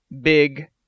big